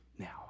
Now